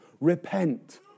Repent